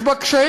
יש בה קשיים,